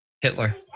Hitler